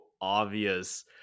obvious